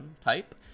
type